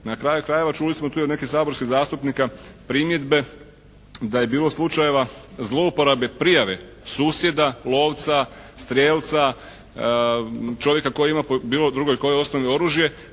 Na kraju krajeva čuli smo tu od nekih saborskih zastupnika primjedbe da je bilo slučajeva zlouporabe prijave susjeda, lovca, strijelca, čovjeka koji ima po bilo drugoj kojoj osnovi oružje